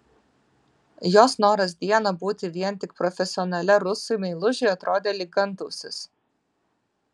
jos noras dieną būti vien tik profesionale rusui meilužiui atrodė lyg antausis